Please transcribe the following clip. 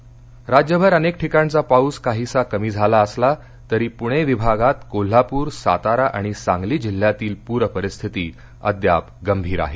प्रस्थिती राज्यभर अनेक ठिकाणचा पाऊस काहीसा कमी झाला असला तरी पुणे विभागात कोल्हापूर सातारा आणि सांगली जिल्ह्यातील पूर परिस्थिती अद्याप गंभीर आहे